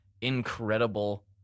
incredible